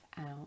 out